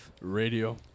radio